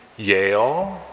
yale,